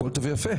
הכל טוב ויפה,